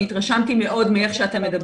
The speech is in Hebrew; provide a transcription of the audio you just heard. והתרשמתי מאוד מאיך שאתם מדברים,